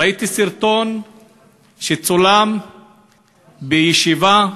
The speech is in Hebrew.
ראיתי סרטון שצולם בישיבה,